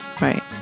Right